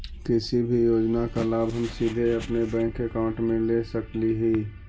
किसी भी योजना का लाभ हम सीधे अपने बैंक अकाउंट में ले सकली ही?